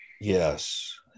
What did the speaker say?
Yes